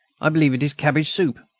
i believe it is cabbage soup,